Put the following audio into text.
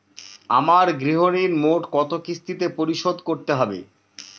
আমার গৃহঋণ মোট কত কিস্তিতে পরিশোধ করতে হবে?